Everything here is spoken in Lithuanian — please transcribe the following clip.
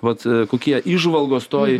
vat kokie įžvalgos toj